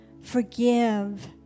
Forgive